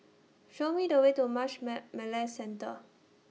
Show Me The Way to Marsh May McLennan Centre